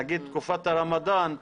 כמו תקופת הרמדאן,